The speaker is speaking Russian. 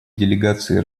делегации